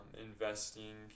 investing